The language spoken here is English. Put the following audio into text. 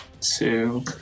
two